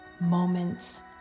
moments